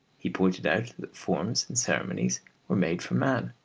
he pointed out that forms and ceremonies were made for man,